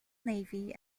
navy